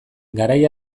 garai